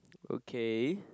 okay